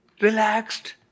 relaxed